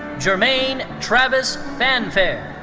jermaine travis fanfair.